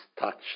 touched